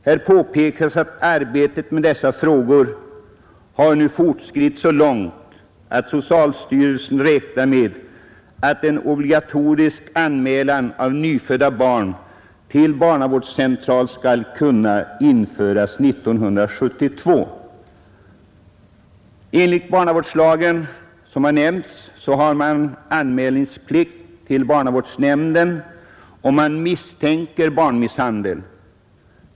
Här påpekas att arbetet med dessa frågor nu har fortskridit så långt att socialstyrelsen räknar med att en obligatorisk anmälan av nyfödda barn till barnavårdscentral skall kunna införas 1972. Enligt barnavårdslagen har man anmälningsplikt till barnavårdsnämnden om man misstänker barnmisshandel.